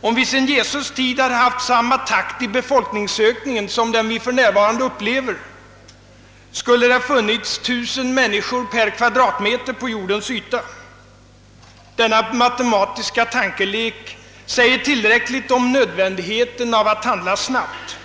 Om vi sedan Jesu tid hade haft samma takt i befolkningsökningen som den nuvarande skulle det ha funnits tusen människor per kvadratmeter på jordens yta. Denna matematiska tankelek säger tillräckligt om nödvändigheten av att handla snabbt.